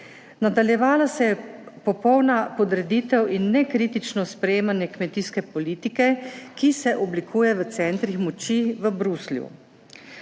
Nadaljevala se je popolna podreditev in nekritično sprejemanje kmetijske politike, ki se oblikuje v centrih moči v Bruslju.